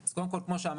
אז קודם כל כמו שאמרתי,